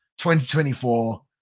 2024